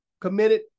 committed